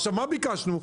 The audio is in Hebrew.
מה ביקשנו?